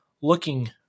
looking